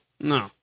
No